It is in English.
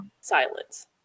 silence